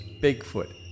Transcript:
Bigfoot